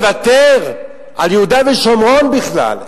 לוותר על יהודה ושומרון בכלל,